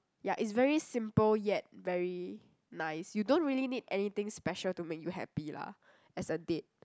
ya it's very simple yet very nice you don't really need anything special to make you happy lah as a date